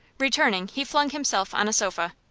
returning, he flung himself on a sofa.